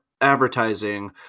advertising